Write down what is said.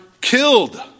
killed